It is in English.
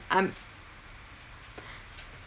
I'm